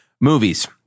movies